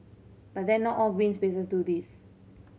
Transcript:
but then not all green spaces do this